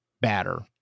batter